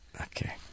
Okay